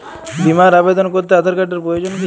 বিমার আবেদন করতে আধার কার্ডের প্রয়োজন কি?